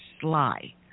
sly